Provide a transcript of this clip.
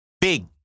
Big